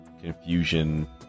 confusion